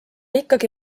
ikkagi